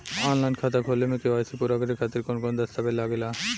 Online खाता खोले में के.वाइ.सी पूरा करे खातिर कवन कवन दस्तावेज लागे ला?